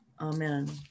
Amen